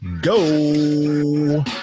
go